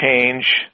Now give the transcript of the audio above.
change